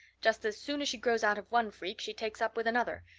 just as soon as she grows out of one freak she takes up with another.